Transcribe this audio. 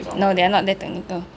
no they are not that technical